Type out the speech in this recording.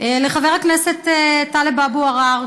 לחבר הכנסת טלב אבו עראר,